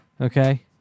Okay